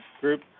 group